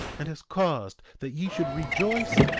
and has caused that ye should rejoice,